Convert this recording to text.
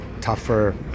tougher